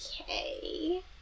Okay